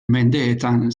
mendeetan